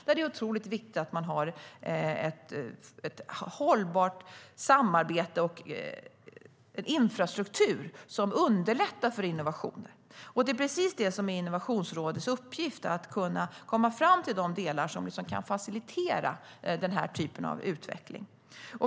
Därför är det oerhört viktigt att ha ett hållbart samarbete och en infrastruktur som underlättar för innovationer. Innovationsrådets uppgift är att komma fram till de delar som kan facilitera den typen av utveckling.